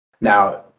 now